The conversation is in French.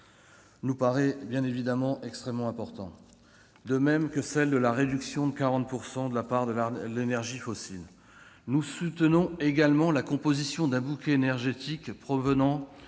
nous paraît extrêmement important, de même que celui de réduction à 40 % de la part des énergies fossiles. Nous soutenons également la composition d'un bouquet énergétique provenant